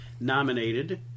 nominated